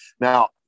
Now